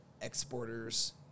exporters